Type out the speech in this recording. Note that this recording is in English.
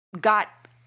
got